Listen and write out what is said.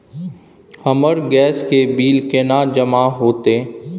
हमर गैस के बिल केना जमा होते?